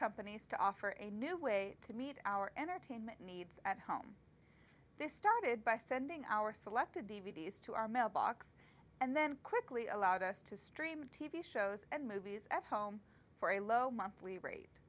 companies to offer a new way to meet our entertainment needs at home this started by sending our selected d v d s to our mailbox and then quickly allowed us to stream t v shows and movies at home for a low monthly rate